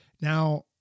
Now